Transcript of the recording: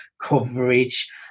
coverage